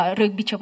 rugby